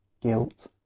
guilt